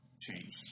changed